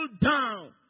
down